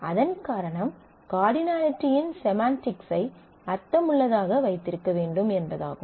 அதன் காரணம் கார்டினலிட்டியின் செமண்டிக்ஸ் ஐ அர்த்தமுள்ளதாக வைத்திருக்க வேண்டும் என்பதாகும்